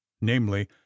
namely